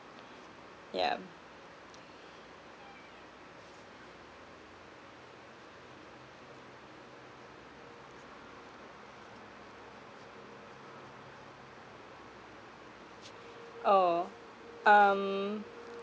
yeah oh um